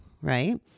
right